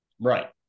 Right